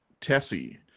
Tessie